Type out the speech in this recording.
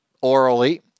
orally